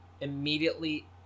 immediately